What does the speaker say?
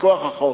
מכוח החוק.